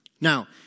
Now